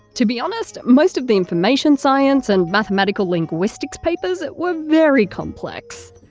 to be honest, most of the information science and mathematical linguistics papers were very complex.